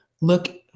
look